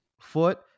foot